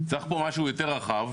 צריך פה משהו יותר רחב,